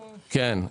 כן.